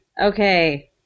Okay